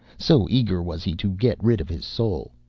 so eager was he to get rid of his soul,